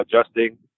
adjusting